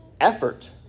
effort